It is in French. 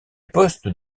poste